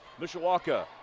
Mishawaka